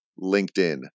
LinkedIn